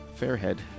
fairhead